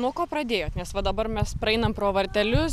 nuo ko pradėjot nes va dabar mes praeinam pro vartelius